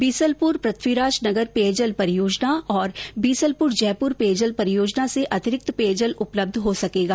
बीसलपुर पृथ्वीराज नगर पेयजल परियोजना और बीसलपुर जयपुर पेयजल परियोजना से अतिरिक्त पेयजल उपलब्ध हो सकेगा